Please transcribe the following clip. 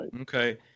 Okay